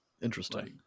Interesting